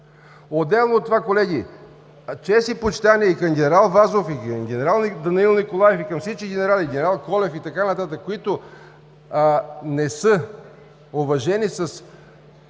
Отделено от това, колеги, чест и почитание и към ген. Вазов и към ген. Данаил Николаев, и към всички генерали, и ген. Колев и така нататък, които не са уважени с